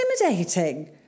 intimidating